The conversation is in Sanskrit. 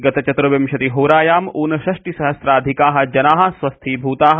गत चतुर्विंशति होरायां ऊनषष्टिसहस्राधिकाः जनाः स्वास्थीभूताः